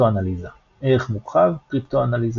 קריפטואנליזה ערך מורחב – קריפטואנליזה